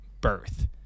birth